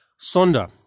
Sonda